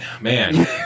Man